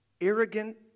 arrogant